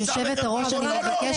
אתה שמעת איך פונה אליי?